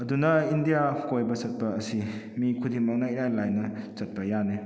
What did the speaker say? ꯑꯗꯨꯅ ꯏꯟꯗꯤꯌꯥ ꯀꯣꯏꯕ ꯆꯞꯄ ꯑꯁꯤ ꯃꯤ ꯈꯨꯗꯤꯡꯃꯛꯅ ꯏꯔꯥꯏ ꯂꯥꯏꯅ ꯆꯠꯄ ꯌꯥꯅꯤ